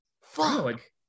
Fuck